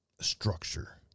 structure